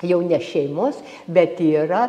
jau ne šeimos bet yra